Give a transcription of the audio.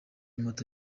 moto